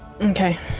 Okay